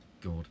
God